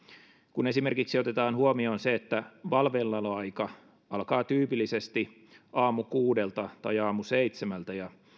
kun esimerkiksi otetaan huomioon se että valveillaoloaika alkaa tyypillisesti aamukuudelta tai aamuseitsemältä ja